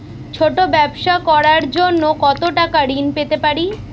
ছোট ব্যাবসা করার জন্য কতো টাকা ঋন পেতে পারি?